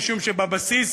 משום שבבסיס